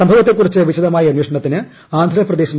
സംഭവത്തെക്കുറിച്ച് വിശദമായ അന്വേഷണത്തിന് ആന്ധ്രാപ്രദേശ് വൈ